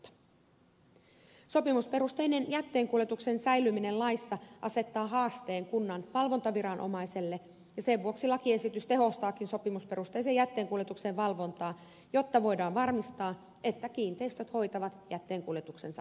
sopimusperusteisen jätteenkuljetuksen säilyminen laissa asettaa haasteen kunnan valvontaviranomaiselle ja sen vuoksi lakiesitys tehostaakin sopimusperusteisen jätteenkuljetuksen valvontaa jotta voidaan varmistaa että kiinteistöt hoitavat jätteenkuljetuksensa asianmukaisesti